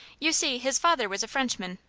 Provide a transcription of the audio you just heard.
you see, his father was a frenchman.